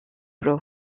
pro